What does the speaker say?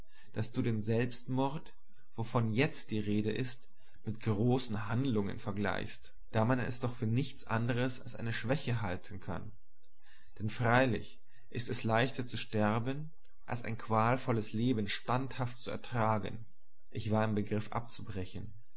daß du den selbstmord wovon jetzt die rede ist mit großen handlungen vergleichst da man es doch für nichts anders als eine schwäche halten kann denn freilich ist es leichter zu sterben als ein qualvolles leben standhaft zu ertragen ich war im begriff abzubrechen